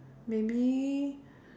maybe